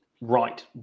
right